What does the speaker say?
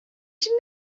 should